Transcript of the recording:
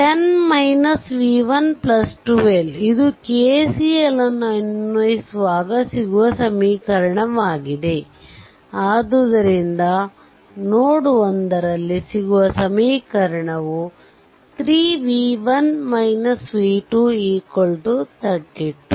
10 v1 12 ಇದು KCL ನ್ನು ಅನ್ವಯಿಸುವಾಗ ಸಿಗುವ ಸಮೀಕರಣವಾಗಿದೆ ಆದ್ದರಿಂದ ನೋಡ್ 1 ನಲ್ಲಿ ಸಿಗುವ ಸಮೀಕರಣವು 3 v1 v2 32